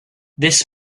this